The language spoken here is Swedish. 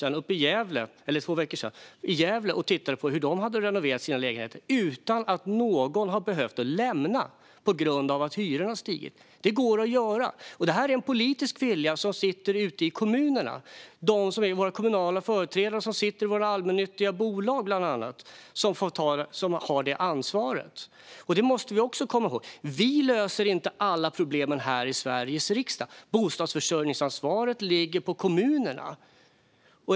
Där var vi för två veckor sedan och tittade på hur de hade renoverat sina lägenheter utan att någon har behövt lämna sin bostad på grund av att hyrorna har stigit. Det går att göra detta. Det handlar om politisk vilja i kommunerna, hos dem som är våra kommunala företrädare och sitter i våra allmännyttiga bolag. Det är de som har det ansvaret. Det måste vi också komma ihåg. Vi löser inte alla problem här i Sveriges riksdag. Bostadsförsörjningsansvaret ligger på kommunerna.